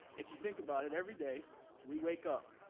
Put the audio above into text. if you think about it, every day we wake up.